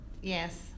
yes